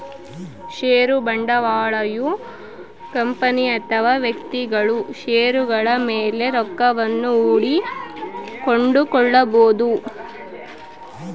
ಷೇರು ಬಂಡವಾಳಯು ಕಂಪನಿ ಅಥವಾ ವ್ಯಕ್ತಿಗಳು ಷೇರುಗಳ ಮೇಲೆ ರೊಕ್ಕವನ್ನು ಹೂಡಿ ಕೊಂಡುಕೊಳ್ಳಬೊದು